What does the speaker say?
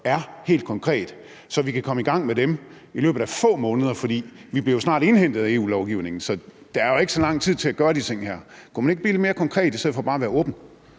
konkret kan gøre, så vi kan komme i gang med dem i løbet af få måneder? For vi bliver jo snart indhentet af EU-lovgivningen, så der er jo ikke så lang tid til at gøre de ting her. Kunne man ikke blive lidt mere konkret i stedet for bare at være åben?